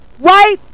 right